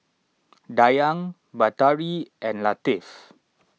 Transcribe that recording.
Dayang Batari and Latif